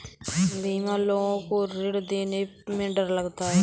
बेईमान लोग को ऋण देने में डर लगता है